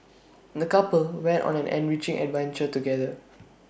the couple went on an enriching adventure together